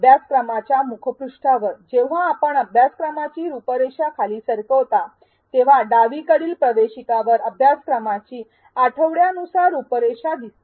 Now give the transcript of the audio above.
अभ्यासक्रमाच्या मुख्यपृष्ठावर जेव्हा आपण अभ्यासक्रमाची रूपरेषा खाली सरकवता तेव्हा डावीकडील प्रवेशिकावर अभ्यासक्रमाची आठवड्यानुसार रूपरेषा दिसते